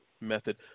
method